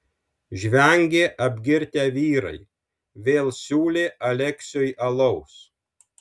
žvengė apgirtę vyrai vėl siūlė aleksiui alaus